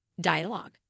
Dialogue